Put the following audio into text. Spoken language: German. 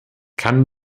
kann